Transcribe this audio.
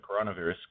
coronavirus